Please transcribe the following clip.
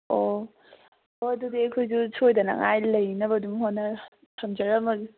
ꯑꯣ ꯑꯣ ꯑꯗꯨꯗꯤ ꯑꯩꯈꯣꯏꯁꯨ ꯁꯣꯏꯗꯅꯉꯥꯏ ꯂꯩꯅꯉꯥꯏ ꯑꯗꯨꯝ ꯍꯣꯠꯅꯔꯒ ꯊꯝꯖꯔꯝꯃꯒꯦ